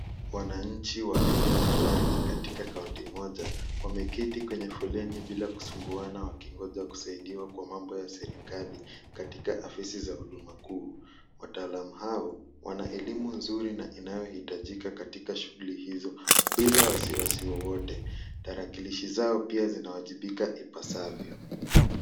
Wananchi wa eneo fulani katika kaunti moja wameketi kwenye foleni bila kusumbuana wakingoja kusaidiwa kwa mambo ya serikali katika afisi za huduma kuu, wataalamu hao Wana elimu nzuri inayohitajika katika shughli hizo bila wasiwasi wowote , tarakilishi zao pia zinawajibika ipasavyo.